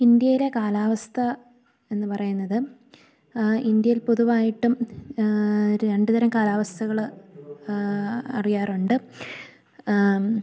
ഇന്ത്യയിലെ കാലാവസ്ഥ എന്നു പറയുന്നത് ഇന്ത്യയിൽ പൊതുവായിട്ടും രണ്ടു തരം കാലാവസ്ഥകള് അറിയാറുണ്ട്